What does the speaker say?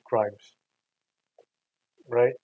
crimes right